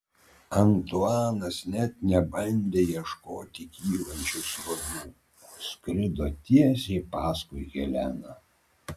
antuanas net nebandė ieškoti kylančių srovių o skrido tiesiai paskui heleną